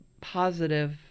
positive